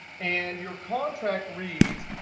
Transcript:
and your contract reads,